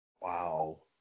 Wow